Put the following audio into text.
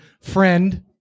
friend